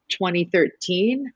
2013